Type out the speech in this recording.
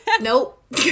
Nope